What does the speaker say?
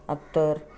अत्तर